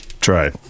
try